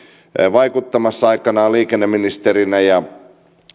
vaikuttamassa liikenneministerinä